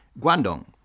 Guangdong